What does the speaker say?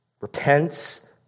repents